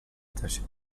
attachée